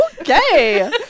okay